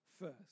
first